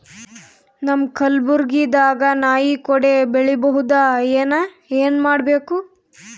ನಮ್ಮ ಕಲಬುರ್ಗಿ ದಾಗ ನಾಯಿ ಕೊಡೆ ಬೆಳಿ ಬಹುದಾ, ಏನ ಏನ್ ಮಾಡಬೇಕು?